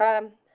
um,